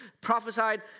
prophesied